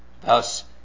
Thus